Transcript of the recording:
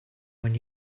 when